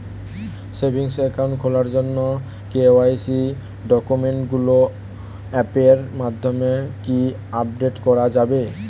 Savings account খোলার জন্য KYC ডকুমেন্টগুলো অ্যাপের মাধ্যমে কি আপডেট করা যাবে?